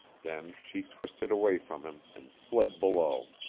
then she twisted away from him, and fled below.